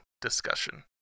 discussion